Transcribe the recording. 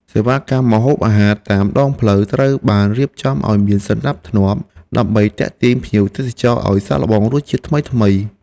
សេវាកម្មម្ហូបអាហារតាមដងផ្លូវត្រូវបានរៀបចំឱ្យមានសណ្តាប់ធ្នាប់ ដើម្បីទាក់ទាញភ្ញៀវទេសចរឱ្យសាកល្បងរសជាតិថ្មីៗ។